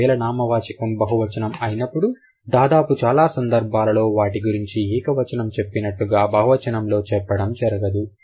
ఒకవేళ నామవాచకం బహువచనం అయినప్పుడు దాదాపు చాలా సందర్భాలలో వాటి గురించి ఏక వచనం చెప్పినట్లుగా బహువచనంలో చెప్పడం జరగదు